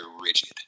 rigid